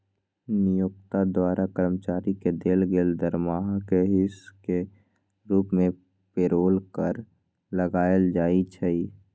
नियोक्ता द्वारा कर्मचारी के देल गेल दरमाहा के हिस के रूप में पेरोल कर लगायल जाइ छइ